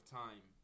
time